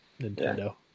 Nintendo